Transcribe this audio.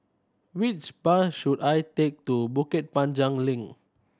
which bus should I take to Bukit Panjang Link